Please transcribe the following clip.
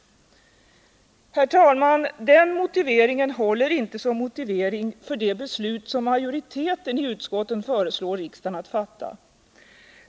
Herr talman! Den motiveringen håller inte för det beslut som majoriteten i utskottet föreslår riksdagen att fatta.